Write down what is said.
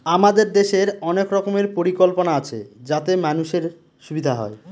আমাদের দেশের অনেক রকমের পরিকল্পনা আছে যাতে মানুষের সুবিধা হয়